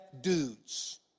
dudes